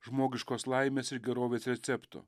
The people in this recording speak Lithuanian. žmogiškos laimės ir gerovės receptų